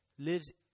lives